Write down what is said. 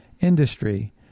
industry